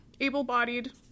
able-bodied